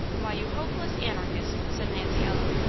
why, you hopeless anarchist! said nancy ellen,